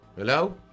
hello